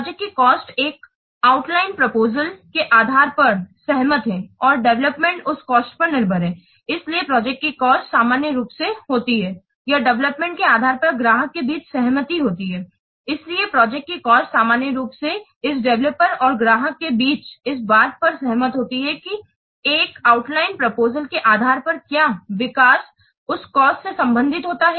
project की cost एक outline proposal के आधार पर सहमत है और डेवलपमेंट उस कॉस्ट पर निर्भर है इसलिए प्रोजेक्ट की कॉस्ट सामान्य रूप से होती है यह डेवेलप्मवन्त के आधार पर ग्राहक के बीच सहमति होती है इसलिए प्रोजेक्ट की कॉस्ट सामान्य रूप से इस डेवलपर और ग्राहक के बीच इस बात पर सहमत होती है कि एक आउटलाइन प्रपोजल के आधार पर क्या विकास उस कॉस्ट से बाधित होता है